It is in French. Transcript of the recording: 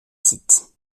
sites